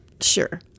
Sure